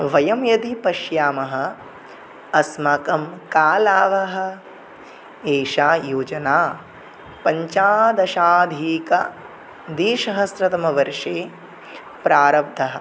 वयं यदि पश्यामः अस्माकं कः लाभः एषा योजना पञ्चदशाधिकद्विसहस्रतमवर्षे प्रारब्धा